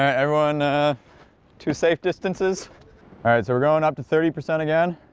everyone to safe distances alright, so we're going up to thirty percent again